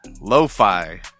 lo-fi